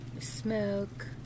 smoke